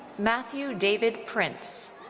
matthew david prince.